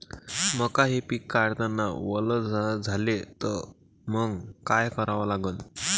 मका हे पिक काढतांना वल झाले तर मंग काय करावं लागन?